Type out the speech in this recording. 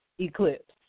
eclipse